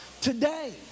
today